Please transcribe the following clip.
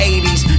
80s